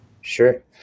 Sure